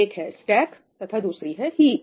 एक है स्टेक तथा दूसरी है हीप